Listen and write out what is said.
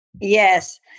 Yes